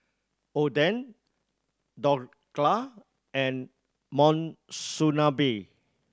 Oden Dhokla and Monsunabe